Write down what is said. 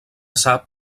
sap